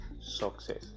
success